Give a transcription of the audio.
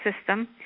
system